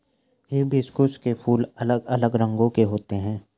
hibiscus के फूल अलग अलग रंगो के होते है